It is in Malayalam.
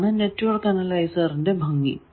അതാണ് നെറ്റ്വർക്ക് അനലൈസറിന്റെ ഭംഗി